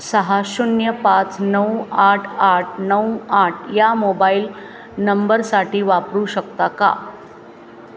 सहा शून्य पाच नऊ आठ आठ नऊ आठ या मोबाईल नंबरसाठी वापरू शकता का